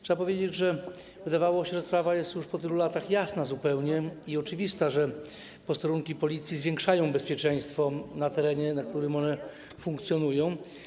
Trzeba powiedzieć, że wydawało się, że sprawa jest już po tylu latach zupełnie jasna i oczywista, że posterunki Policji zwiększają bezpieczeństwo na terenie, na którym funkcjonują.